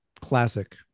classic